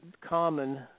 common